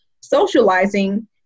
socializing